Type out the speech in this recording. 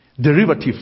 derivative